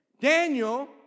Daniel